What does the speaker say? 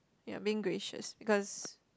ya being gracious because